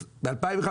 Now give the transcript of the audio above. ב-2015,